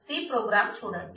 C program చూడండి